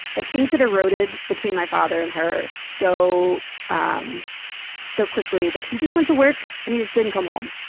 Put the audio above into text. like, things had eroded between my father and her so um so quickly that he just went to work and he just didn't come home,